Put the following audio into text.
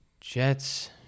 Jets